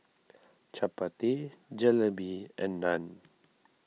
Chapati Jalebi and Naan